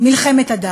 מלחמת הדת.